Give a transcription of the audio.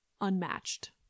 unmatched